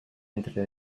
entre